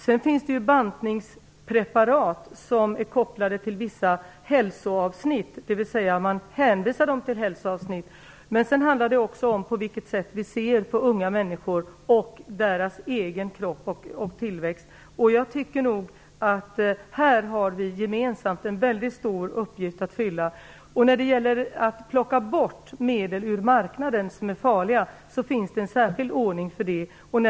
Sedan finns det bantningspreparat som är kopplade till vissa hälsoavsnitt, dvs. man hänvisar dem till hälsoavsnitt. Det handlar också om på vilket sätt vi ser på unga människor och deras egen kropp och tillväxt. Här har vi gemensamt en väldigt stor uppgift att fylla. När det gäller att plocka bort medel ur marknaden som är farliga finns det en särskild ordning för det.